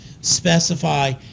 specify